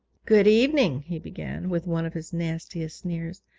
good evening he began, with one of his nastiest sneers.